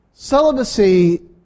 Celibacy